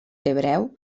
hebreu